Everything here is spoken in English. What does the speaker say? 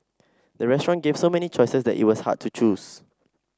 the restaurant gave so many choices that it was hard to choose